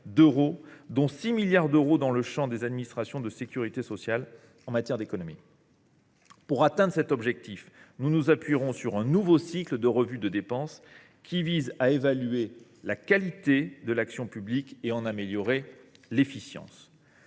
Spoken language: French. nouvelles, dont 6 milliards d’euros dans le champ des administrations de sécurité sociale. Pour l’atteindre, nous nous appuierons sur un nouveau cycle de revues de dépenses, qui visera à évaluer la qualité de l’action publique et à en améliorer l’efficience.